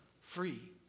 free